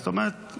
זאת אומרת,